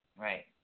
Right